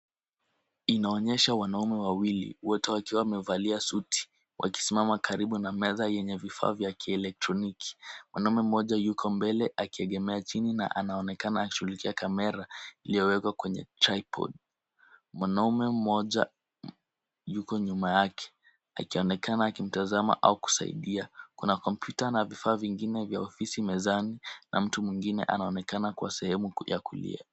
Inaonyesha wanaume wawili wote wakiwa wamevalia suti wakisimama karibu na meza yenye vifaa vya kielektroniki. Mwanamume mmoja yuko mbele akiegemea chini na anaonekana akishughulikia kamera iliyowekwa kwenye tripod . Mwanamume mmoja yuko nyuma yake akionekana akimtazama au kusaidia. Kuna kompyuta na vifaa vingine vya ofisi mezani na mtu mwingine anaonekana kwa sehemu ya kulia.